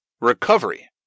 Recovery